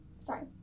Sorry